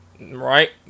Right